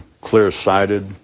clear-sighted